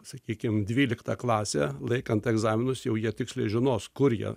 sakykim dvyliktą klasę laikant egzaminus jau jie tiksliai žinos kur jie